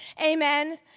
Amen